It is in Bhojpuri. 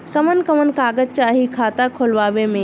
कवन कवन कागज चाही खाता खोलवावे मै?